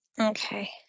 Okay